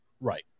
Right